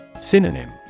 Synonym